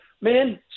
man